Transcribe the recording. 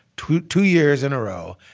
two two years in a row,